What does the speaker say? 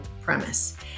premise